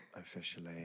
Officially